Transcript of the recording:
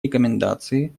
рекомендации